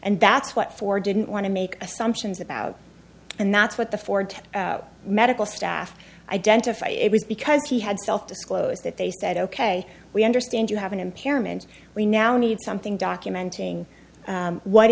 and that's what for didn't want to make assumptions about and that's what the ford medical staff identify it was because he had self disclosed that they said ok we understand you have an impairment we now need something documenting what